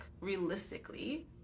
realistically